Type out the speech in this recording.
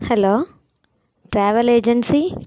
hello travel agency